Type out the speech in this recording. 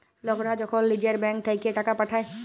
লকরা যখল লিজের ব্যাংক থ্যাইকে টাকা পাঠায়